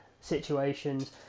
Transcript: situations